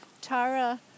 Tara